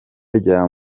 rya